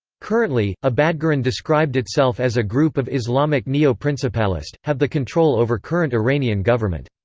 currently, abadgaran described itself as a group of islamic neo-principalist, have the control over current iranian government.